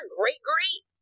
great-great